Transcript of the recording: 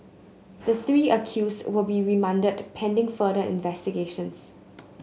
the three accused will be remanded pending further investigations